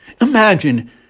Imagine